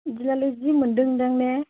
बिदिब्लालाय जि मोनदों दां ने